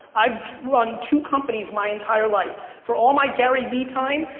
i've run two companies my entire life. for all my garyvee time,